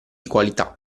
qualità